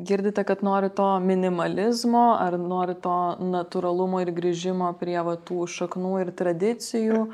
girdite kad nori to minimalizmo ar nori to natūralumo ir grįžimo prie va tų šaknų ir tradicijų